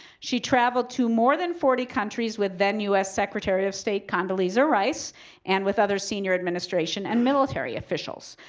she traveled to more than forty countries with then us secretary of state, condoleezza rice and with other senior administration and military officials.